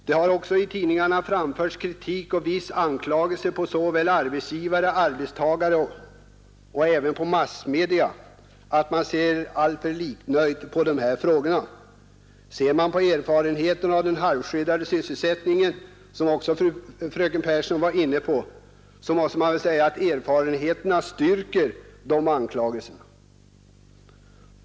Det har också i tidningarna framförts kritik och vissa anklagelser mot såväl arbetsgivare och arbetstagare som massmedia att man ser alltför liknöjt på dessa frågor. Erfarenheterna av den halvskyddade sysselsättningen — den var ju också fröken Persson inne på — styrker dessa anklagelser.